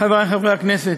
חברי חברי הכנסת,